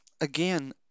again